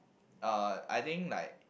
uh I think like